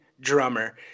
drummer